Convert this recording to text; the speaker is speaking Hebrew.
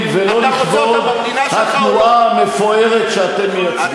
ולא לכבוד התנועה המפוארת שאתם מייצגים.